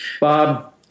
Bob